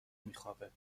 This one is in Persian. میخوابه